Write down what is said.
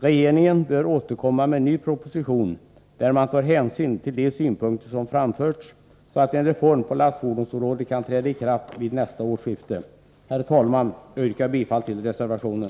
Regeringen bör återkomma med en ny proposition, där man tar hänsyn till de synpunkter som framförts, så att en reform på lastfordonsområdet kan träda i kraft vid nästa årsskifte. Herr talman! Jag yrkar bifall till reservationen.